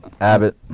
Abbott